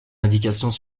indications